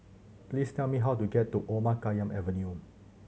please tell me how to get to Omar Khayyam Avenue